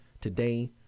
today